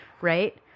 Right